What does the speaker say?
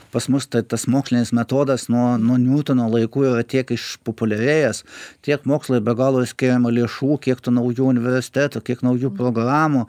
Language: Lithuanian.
pas mus tai tas mokslinis metodas nuo nuo niutono laikų yra tiek išpopuliarėjęs tiek mokslui be galo skiriamų lėšų kiek tų naujų universitetų kiek naujų programų